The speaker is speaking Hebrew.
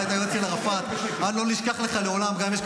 אתה היית יועץ של ערפאת ולא נשכח לך את זה